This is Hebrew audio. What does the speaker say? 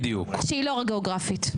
שהיא לא גם גיאוגרפית.